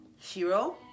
Shiro